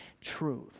truth